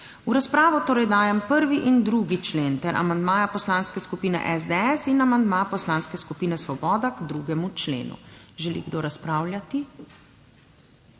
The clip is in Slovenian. V razpravo torej dajem 1. in 2. člen ter amandmaja Poslanske skupine SDS in amandma Poslanske skupine Svoboda k 2. členu. Želi kdo razpravljati?